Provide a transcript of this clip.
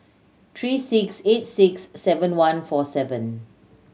three six eight six seven one four seven